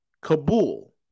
Kabul